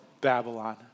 Babylon